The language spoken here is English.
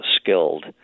skilled